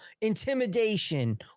intimidation